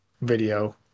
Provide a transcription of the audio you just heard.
video